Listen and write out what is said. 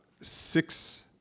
six